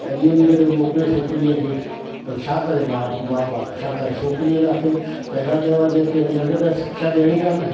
तॾहिं वञी करे मोकिले छोकिरीअ खे त उअ छा करे माउ माउ बाप छा करे छोकिरीअ ख़ातिर पैदा कयो आहे जंहिंखे उनखे त शिक्षा ॾियणी आहे न